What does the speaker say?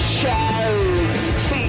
show